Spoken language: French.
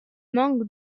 manque